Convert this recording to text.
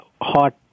hot